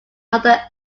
other